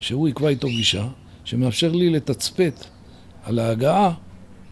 שהוא יקבע איתו פגישה שמאפשר לי לתצפת על ההגעה